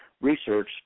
research